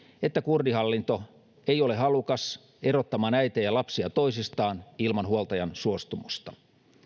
että kurdihallinto ei ole halukas erottamaan äitejä ja lapsia toisistaan ilman huoltajan suostumusta